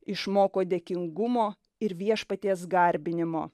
išmoko dėkingumo ir viešpaties garbinimo